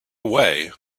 away